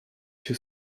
się